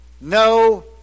no